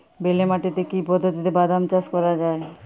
বেলে মাটিতে কি পদ্ধতিতে বাদাম চাষ করা যায়?